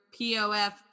POF